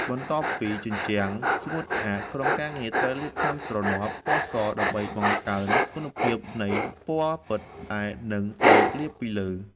បន្ទាប់ពីជញ្ជាំងស្ងួតស្អាត ក្រុមការងារត្រូវលាបថ្នាំទ្រនាប់ ពណ៌ស ដើម្បីបង្កើនគុណភាពនៃពណ៌ពិតដែលនឹងត្រូវលាបពីលើ។